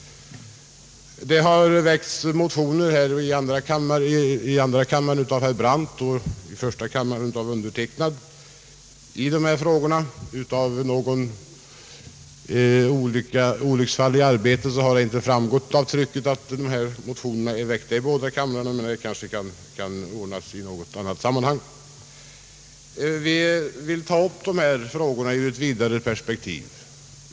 Det har väckts motioner i dessa frågor i andra kammaren av herr Brandt och i första kammaren av mig. På grund av olycksfall i arbetet har det inte av trycket framgått att dessa motioner är väckta i båda kamrarna, men det kan kanske rättas i något annat sammanhang. Vi motionärer vill ta upp dessa frågor i ett vidare perspektiv.